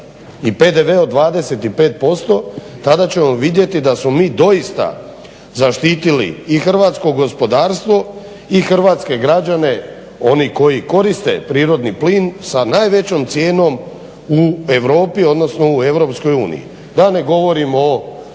i PDV od 25% tada ćemo vidjeti da smo mi doista zaštitili i hrvatsko gospodarstvo i hrvatske građane oni koji koriste prirodni plin sa najvećom cijenom u Europi, odnosno u EU. Da ne govorim o